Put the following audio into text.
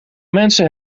mensen